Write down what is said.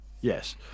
Yes